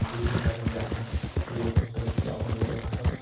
ᱫᱷᱤᱨᱤ ᱫᱟᱨᱮ ᱡᱟᱦᱟᱱᱟᱜ ᱦᱩᱭᱮᱱ ᱱᱚᱛᱮ ᱫᱚ ᱵᱟᱵᱚᱱ ᱵᱷᱮᱡᱟᱭᱮᱜ ᱠᱚᱣᱟ